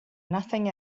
nothing